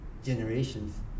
Generations